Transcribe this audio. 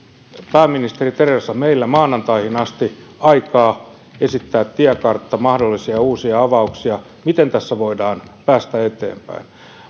pääministeri theresa maylla maanantaihin asti aikaa esittää tiekartta mahdollisia uusia avauksia miten tässä voidaan päästä eteenpäin